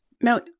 Now